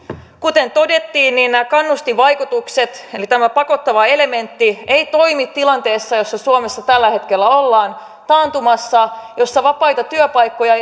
kuten todettiin niin nämä kannustinvaikutukset eli tämä pakottava elementti ei toimi tilanteessa jossa suomessa tällä hetkellä ollaan taantumassa jossa vapaita työpaikkoja